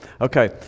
Okay